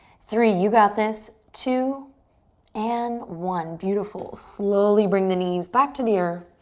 three, you got this, two and one. beautiful, slowly bring the knees back to the earth.